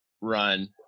run